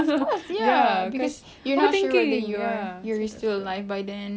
of course ya cause you're not sure whether you are you're still alive by then